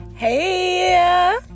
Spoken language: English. Hey